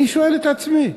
אני שואל את עצמי.